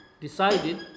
decided